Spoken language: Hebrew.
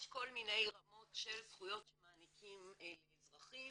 יש כל מיני רמות של זכויות שמעניקים לאזרחים,